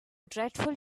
dreadful